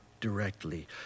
directly